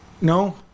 No